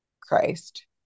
Christ